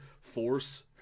force